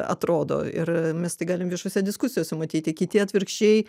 atrodo ir mes tai galim viešose diskusijose matyti kiti atvirkščiai